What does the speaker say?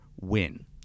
win